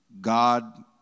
God